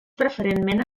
preferentment